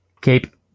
Keep